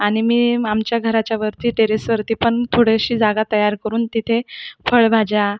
आणि मी आमच्या घरच्यावरती टेरसवरती पण थोडीशी जागा तयार करुन तिथे फळभाज्या